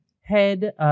head